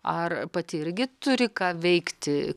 ar pati irgi turi ką veikti